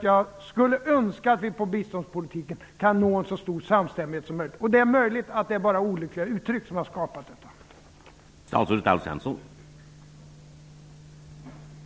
Jag skulle önska att vi inom biståndspolitiken kunde nå en så stor samstämmighet som möjligt. Det är möjligt att det bara är olyckliga formuleringar som har skapat min oro.